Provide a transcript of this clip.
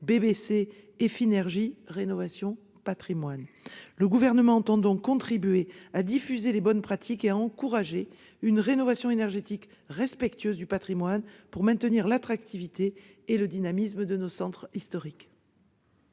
BBC Effinergie rénovation patrimoine ». Le Gouvernement entend donc contribuer à diffuser les bonnes pratiques et à encourager une rénovation énergétique respectueuse du patrimoine, pour maintenir l'attractivité et le dynamisme de nos centres historiques.